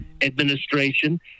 administration